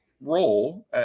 role